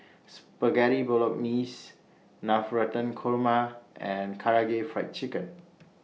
Spaghetti Bolognese Navratan Korma and Karaage Fried Chicken